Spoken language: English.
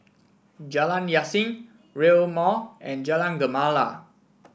Jalan Yasin Rail Mall and Jalan Gemala